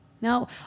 No